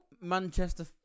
Manchester